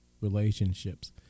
relationships